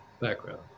background